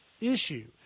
issue